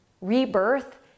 Rebirth